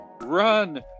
Run